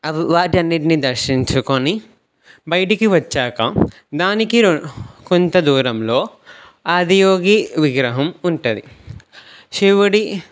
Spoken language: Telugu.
అవి వాటన్నిటిని దర్శించుకుని బయటికి వచ్చాక దానికి రో కొంత దూరంలో ఆదియోగి విగ్రహం ఉంటుంది శివుడి